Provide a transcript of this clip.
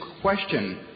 question